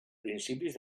principis